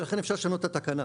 ולכן אפשר לשנות את התקנה.